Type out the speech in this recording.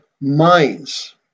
minds